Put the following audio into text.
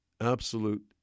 absolute